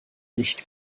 nicht